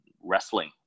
wrestling